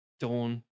Dawn